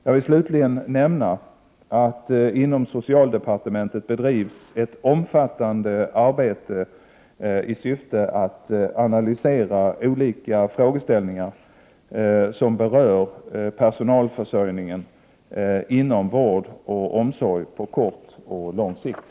Jag vill slutligen nämna att inom socialdepartementet bedrivs ett omfattan de arbete i syfte att analysera olika frågeställningar, som berör personalförsörjningen inom vård och omsorg på kort och lång sikt.